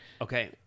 okay